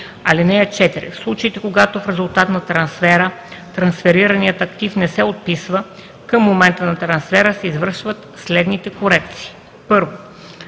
актив. (4) В случаите, когато в резултат на трансфера трансферираният актив не се отписва, към момента на трансфера се извършат следните корекции: 1.